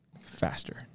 faster